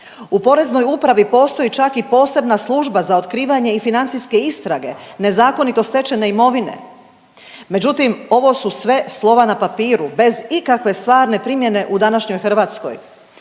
U Poreznoj upravi postoji čak i posebna služba za otkrivanje i financijske istrage nezakonito stečene imovine. Međutim, ovo su sve slova na papiru bez ikakve stvarne primjene u današnjoj Hrvatskoj.